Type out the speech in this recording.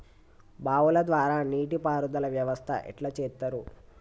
బావుల ద్వారా నీటి పారుదల వ్యవస్థ ఎట్లా చేత్తరు?